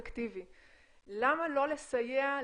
אבל את זה קח לך לתשומת הלב.